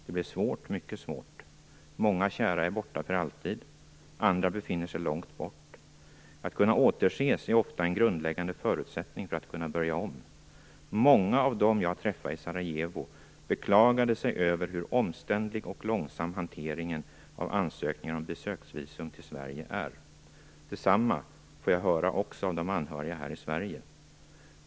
Det blir svårt, mycket svårt. Många kära är borta för alltid, andra befinner sig långt bort. Att kunna återses är ofta en grundläggande förutsättning för att kunna börja om. Många av dem jag träffade i Sarajevo beklagade sig över hur omständlig och långsam hanteringen av ansökningar om besöksvisum till Sverige är. Detsamma får jag höra också av de anhöriga här i Sverige.